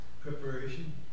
Preparation